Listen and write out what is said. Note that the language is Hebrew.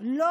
לא